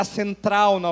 central